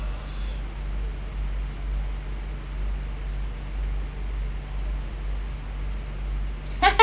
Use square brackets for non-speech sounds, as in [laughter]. [laughs]